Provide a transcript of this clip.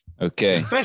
Okay